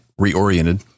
reoriented